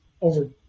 over